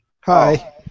Hi